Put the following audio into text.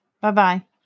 Bye-bye